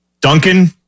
Duncan